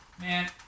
Man